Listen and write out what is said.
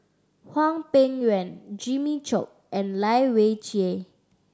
Hwang Peng Yuan Jimmy Chok and Lai Weijie